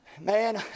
Man